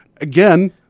Again